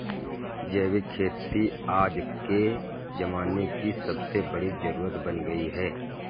जैविक खेती आज के ज़माने की सबसे बड़ी जरुरत बन गयी है